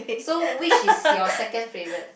so which is your second favourite